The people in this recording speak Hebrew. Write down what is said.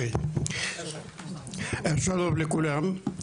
שלום לכולם,